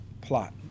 plot